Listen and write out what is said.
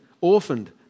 orphaned